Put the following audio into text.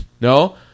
no